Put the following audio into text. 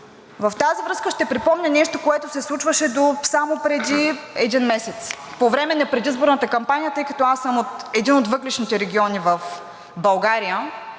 В тази връзка ще припомня нещо, което се случваше само допреди един месец, по време на предизборната кампания. Тъй като аз съм от един от въглищните региони в България,